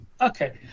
okay